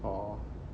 oh